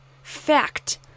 Fact